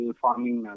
farming